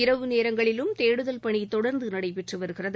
இரவு நேரங்களிலும் தேடுதல் பணி தொடர்ந்த நடைபெற்று வருகிறது